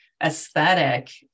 aesthetic